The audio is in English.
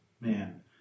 man